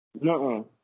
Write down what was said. no